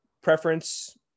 preference